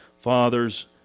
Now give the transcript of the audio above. fathers